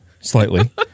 slightly